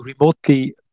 remotely